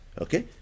okay